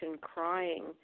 crying